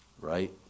right